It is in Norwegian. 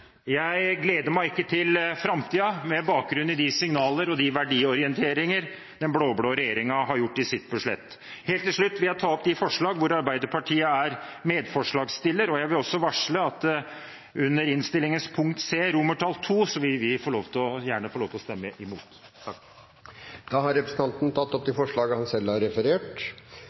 Jeg gleder meg ikke til framtiden med bakgrunn i de signaler og den verdiorienteringen den blå-blå regjeringen har i sitt budsjett. Helt til slutt vil jeg ta opp de forslag hvor Arbeiderpartiet er medforslagsstiller. Jeg vil også varsle at under innstillingens C, II, vil vi gjerne få lov til å stemme imot. Representanten Terje Aasland har tatt opp de forslag han refererte til. Det blir replikkordskifte. Vi har